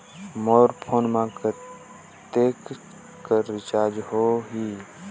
मोर phone मा कतेक कर रिचार्ज हो ही?